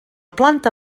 planta